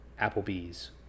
applebee's